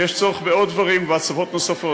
ויש צורך בעוד דברים ובהצבות נוספות.